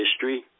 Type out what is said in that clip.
history